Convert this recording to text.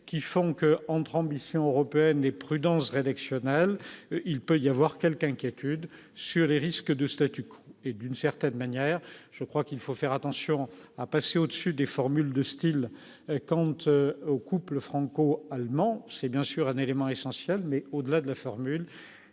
qui font que, entre ambition européenne et prudence rédactionnel, il peut y avoir quelques inquiétudes sur les risques de statu quo et d'une certaine manière, je crois qu'il faut faire attention à passer au-dessus des formules de Style compte au couple franco-allemand, c'est bien sûr un élément essentiel, mais au-delà de la formule,